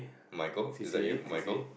Michael is like you Michael